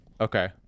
okay